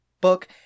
book